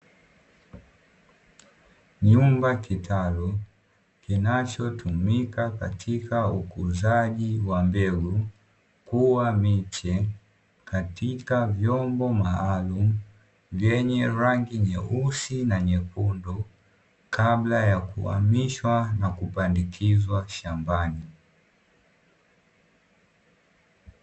Nyumba kitalu kinachotumika katika ukuzaji wa mbegu, kuwa miche katika vyombo maalumu vyenye rangi nyeusi na nyekundu, kabla ya kuamishwa na kupandikizwa shambani.